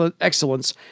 excellence